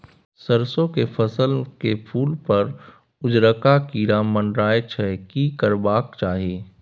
सरसो के फसल में फूल पर उजरका कीरा मंडराय छै की करबाक चाही?